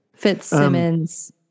Fitzsimmons